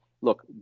look